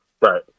right